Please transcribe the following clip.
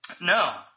No